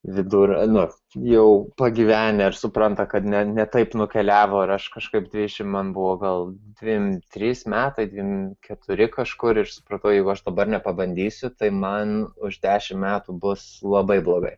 vidur na jau pagyvenę ir supranta kad ne ne taip nukeliavo ir aš kažkaip dvidešimt man buvo gal dvidešimt trys metai dvidešimt keturi kažkur ir supratau jeigu aš dabar nepabandysiu tai man už dešimt metų bus labai blogai